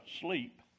sleep